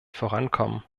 vorankommen